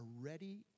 ready